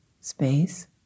space